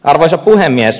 arvoisa puhemies